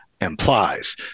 implies